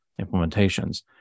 implementations